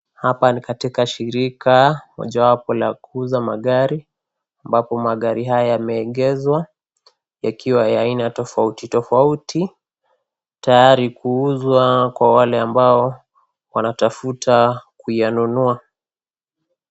Hapa ni katika shirika mojawapo la kuuza magari ambapo magari haya yameegeshwa yakiwa ya aina tofauti tofauti tayari kuuzwa kwa wale ambao wanatafuta kuyanunua.